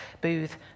booth